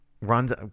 runs